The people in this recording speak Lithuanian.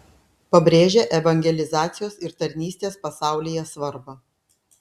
pabrėžia evangelizacijos ir tarnystės pasaulyje svarbą